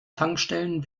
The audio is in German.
tankstellen